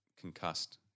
concussed